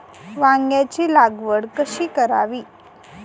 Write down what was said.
वांग्यांची लागवड कशी करावी?